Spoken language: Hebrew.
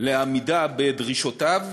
לעמידה בדרישותיו,